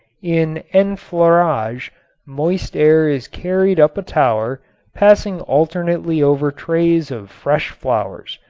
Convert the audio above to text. in enfleurage moist air is carried up a tower passing alternately over trays of fresh flowers,